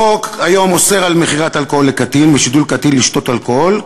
החוק כיום אוסר מכירת אלכוהול לקטין ושידול קטין לשתות אלכוהול.